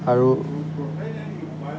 আৰু